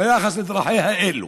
ביחס לדרכיה אלו.